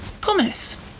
commerce